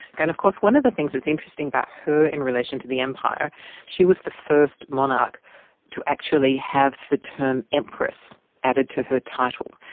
kind of course one of the things that's interesting about her in relation to the empire she was the first monarch to actually have the term empress added to her title.